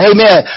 Amen